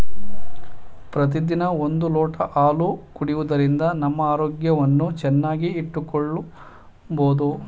ಪ್ರತಿದಿನ ಒಂದು ಲೋಟ ಹಾಲು ಕುಡಿಯುವುದರಿಂದ ನಮ್ಮ ಆರೋಗ್ಯವನ್ನು ಚೆನ್ನಾಗಿ ಇಟ್ಟುಕೊಳ್ಳಬೋದು